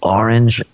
orange